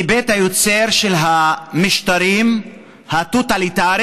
מבית היוצר של המשטרים הטוטליטריים,